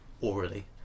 orally